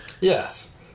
Yes